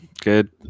good